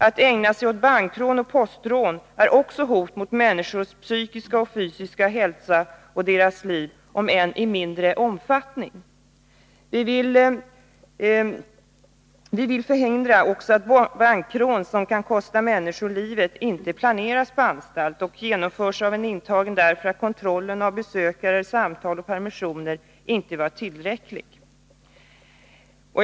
Att ägna sig åt bankrån och postrån innebär också hot mot människors psykiska och fysiska hälsa och deras liv om än i mindre omfattning. Vi vill förhindra också att bankrån som kan kosta människor livet inte planeras på anstalt och genomförs av en intagen, därför att kontrollen av besökare, av samtal och av permissioner inte var tillräcklig.